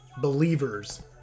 believers